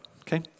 okay